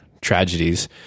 tragedies